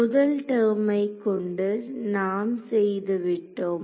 முதல் டெர்மை கொண்டு நாம் செய்து விட்டோம்